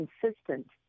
consistent